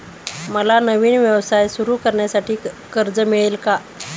मला नवीन व्यवसाय सुरू करण्यासाठी कर्ज मिळेल का?